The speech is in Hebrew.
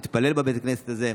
בבית הכנסת הזה.